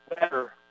better